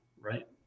right